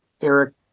Eric